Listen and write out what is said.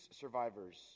survivors